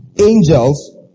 Angels